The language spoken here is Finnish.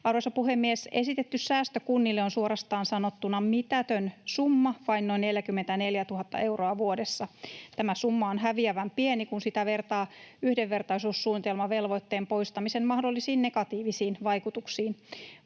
Arvoisa puhemies! Esitetty säästö kunnille on suoraan sanottuna mitätön summa, vain noin 44 000 euroa vuodessa. Tämä summa on häviävän pieni, kun sitä vertaa yhdenvertaisuussuunnitelmavelvoitteen poistamisen mahdollisiin negatiivisiin vaikutuksiin.